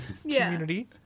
Community